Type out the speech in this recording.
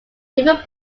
different